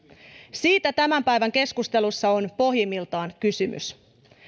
siitä tämän päivän keskustelussa on pohjimmiltaan kysymys